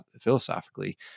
philosophically